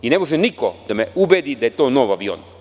Ne može niko da me ubedi da je to nov avion.